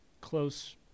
close